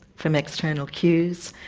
from external cues.